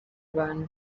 abantu